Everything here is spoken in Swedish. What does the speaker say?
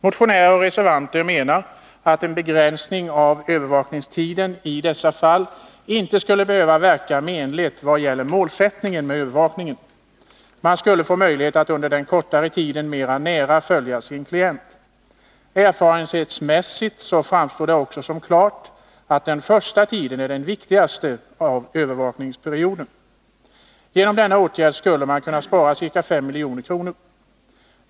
Motionärer och reservanter menar att en begränsning av övervakningstiden i dessa fall inte skulle behöva verka menligt på målsättningen i vad gäller övervakningen. Man skulle få möjlighet att under den kortare tiden mera nära följa sin klient. Erfarenhetsmässigt framstår det också som klart att den första tiden av övervakningsperioden är den viktigaste. Genom den föreslagna åtgärden skulle man kunna spara ca 5 milj.kr.